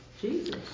Jesus